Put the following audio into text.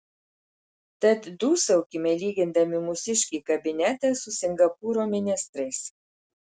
tad dūsaukime lygindami mūsiškį kabinetą su singapūro ministrais